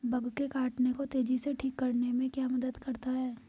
Bug के काटने को तेजी से ठीक करने में क्या मदद करता है?